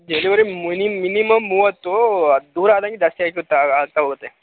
delivery mini minimum ಮೂವತ್ತು ಅದು ದೂರ ಅದಂಗೆ ಜಾಸ್ತಿ ಆಯ್ತಿತೆ ಆಗ್ತಾ ಹೋಗುತ್ತೆ